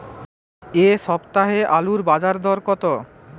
এ সপ্তাহে আলুর বাজার দর কত?